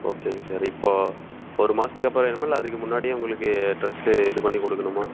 ஓகேங்க சார் இப்போ ஒரு மாதத்துக்கு அப்புறம் வேணுமா இல்லை அதுக்கு முன்னாடியே உங்களுக்கு ட்ரெஸ்ஸு இது பண்ணி கொடுக்கணுமா